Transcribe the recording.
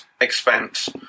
expense